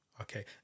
Okay